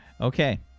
Okay